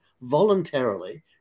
voluntarily